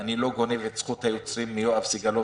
ואני לא גונב את זכות היוצרים מיואב סגלוביץ',